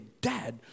dad